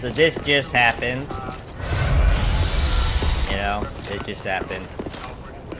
this year's happens l dickey sap and